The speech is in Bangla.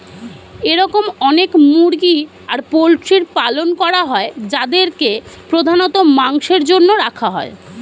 এরম অনেক মুরগি আর পোল্ট্রির পালন করা হয় যাদেরকে প্রধানত মাংসের জন্য রাখা হয়